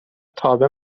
تابع